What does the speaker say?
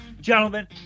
Gentlemen